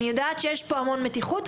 אני יודעת שיש פה המון מתיחות,